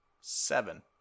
Seven